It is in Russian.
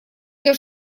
для